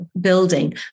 building